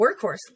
workhorse